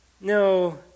no